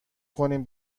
کنیم